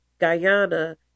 guyana